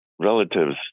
relatives